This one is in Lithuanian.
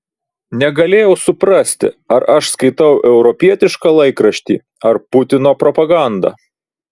negalėjau suprasti ar aš skaitau europietišką laikraštį ar putino propagandą